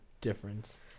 difference